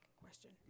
question